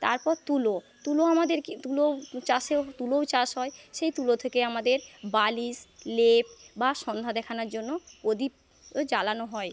তারপর তুলো তুলো আমাদেরকে তুলো চাষেও তুলোও চাষ হয় সেই তুলো থেকে আমাদের বালিশ লেপ বা সন্ধ্যা দেখানোর জন্য প্রদীপও জ্বালানো হয়